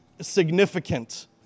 significant